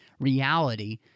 reality